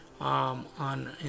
on